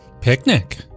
picnic